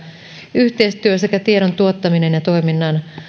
yhteistyö sekä tiedon tuottaminen ja toiminnan